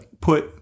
put